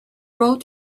road